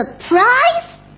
surprise